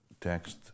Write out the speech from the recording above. text